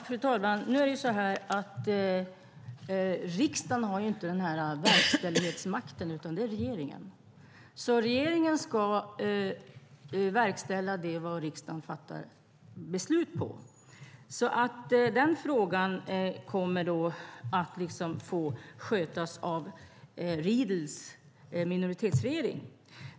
Fru talman! Nu är det så här att riksdagen har inte verkställighetsmakten, utan det har regeringen. Regeringen ska verkställa vad riksdagen fattar beslut om, och den frågan kommer då att få skötas av Riedls minoritetsregering.